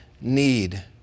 need